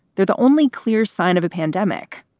they're the only clear sign of a pandemic.